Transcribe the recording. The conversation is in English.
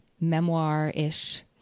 memoir-ish